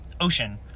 Ocean